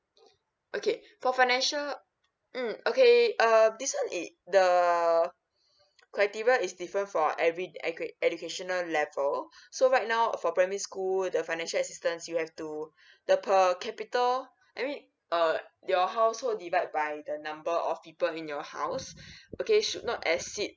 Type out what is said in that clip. okay for financial mm okay um this one is the criteria is different for every educate educational level so right now for primary school the financial assistance you have to the per capital I mean err your household divide by the number of people in your house okay should not exceed